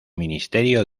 ministerio